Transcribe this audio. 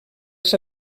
els